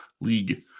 league